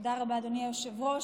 תודה רבה, אדוני היושב-ראש.